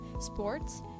sports